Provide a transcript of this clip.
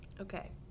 Okay